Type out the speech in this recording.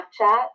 Snapchat